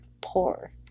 poor